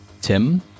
Tim